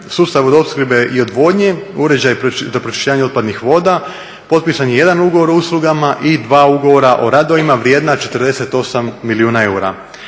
sustav vodoopskrbe i odvodnje, uređaj za pročišćavanje otpadnih voda. Potpisan je jedan ugovor o uslugama i dva ugovora o radovima vrijedna 48 milijuna eura.